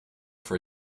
for